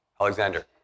Alexander